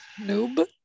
Noob